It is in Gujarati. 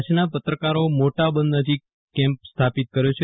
કરછેનાં પત્રકારો મોટા બંધ નજીક કેમ્પ સ્થાપિત કર્યો છે